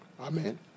Amen